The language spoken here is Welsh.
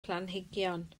planhigion